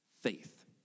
faith